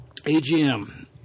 AGM